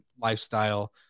lifestyle